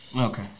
Okay